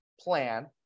plan